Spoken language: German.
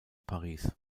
paris